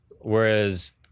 whereas